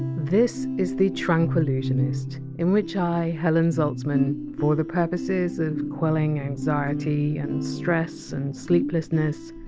this is the tranquillusionist, in which i, helen zaltzman, for the purposes of quelling anxiety and stress and sleeplessness,